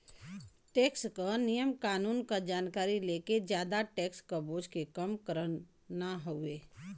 tax क नियम कानून क जानकारी लेके जादा टैक्स क बोझ के कम करना हउवे